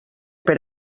per